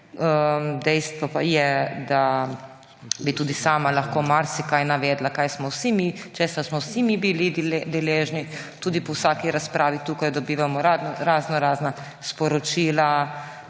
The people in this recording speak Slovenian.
Dejstvo pa je, da bi tudi sama lahko marsikaj navedla, česa smo vsi mi bili deležni. Tudi po vsaki razpravi tukaj dobivamo raznorazna sporočila,